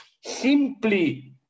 simply